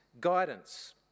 guidance